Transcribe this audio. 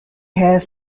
has